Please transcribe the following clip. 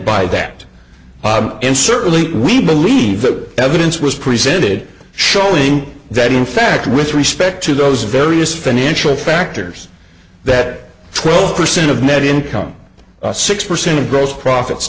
certainly we believe the evidence was presented showing that in fact with respect to those various financial factors that twelve percent of net income six percent of gross profits